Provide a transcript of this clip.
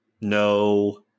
No